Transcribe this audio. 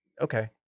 okay